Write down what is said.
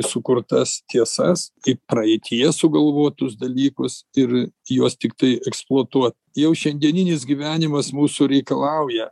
sukurtas tiesas kaip praeityje sugalvotus dalykus ir juos tiktai eksploatuot jau šiandieninis gyvenimas mūsų reikalauja